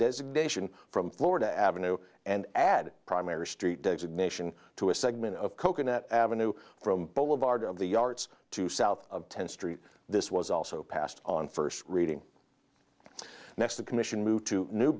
designation from florida avenue and add primary street designation to a segment of coconut avenue from boulevard of the yards to south of tenth street this was also passed on first reading next the commission moved to new